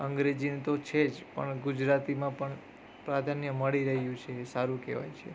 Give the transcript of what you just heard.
અંગ્રેજી ન તો છે જ પણ ગુજરાતીમાં પ્રાધાન્ય મળી રહ્યું છે સારું કહેવાય છે